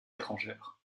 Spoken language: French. étrangère